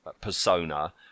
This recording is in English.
persona